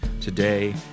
today